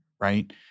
right